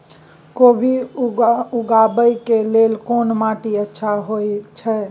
कोबी उगाबै के लेल कोन माटी अच्छा होय है?